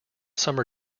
summer